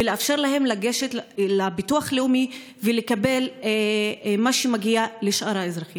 ולאפשר להן לגשת לביטוח הלאומי ולקבל מה שמגיע לשאר האזרחים.